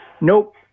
nope